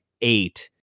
eight